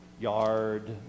yard